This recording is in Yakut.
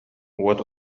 уот